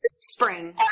spring